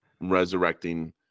resurrecting